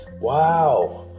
Wow